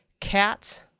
Cats